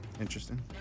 interesting